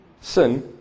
sin